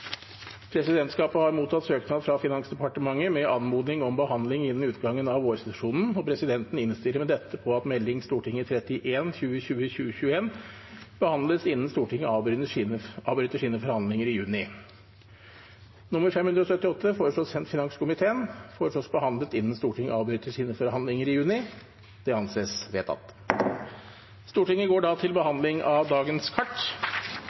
Presidentskapet har mottatt søknad fra Finansdepartementet med anmodning om behandling innen utgangen av vårsesjonen, og presidenten innstiller med dette på at Meld. St. 31 for 2020–2021 behandles innen Stortinget avbryter sine forhandlinger i juni. Presidenten foreslår at referatsak nr. 578 sendes finanskomiteen og behandles innen Stortinget avbryter sine forhandlinger i juni. – Det anses vedtatt. Stortinget går da tilbake til behandling av dagens kart.